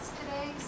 today